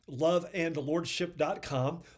loveandlordship.com